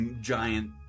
giant